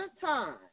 time